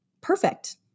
perfect